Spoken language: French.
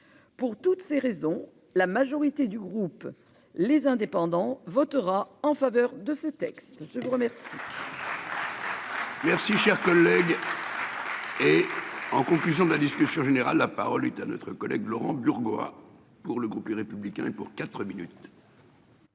Pour toutes ces raisons, la majorité du groupe les indépendants votera en faveur de ce texte ce.